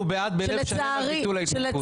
אנחנו בעד בלב שלם על ביטול ההתנתקות,